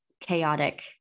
chaotic